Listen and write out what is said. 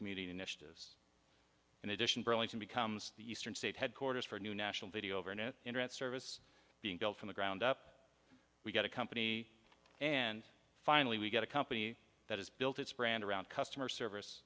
community initiatives in addition burlington becomes the eastern state headquarters for a new national video over an internet service being built from the ground up we've got a company and finally we get a company that has built its brand around customer service